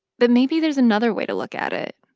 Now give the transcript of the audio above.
but maybe there's another way to look at it.